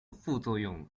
副作用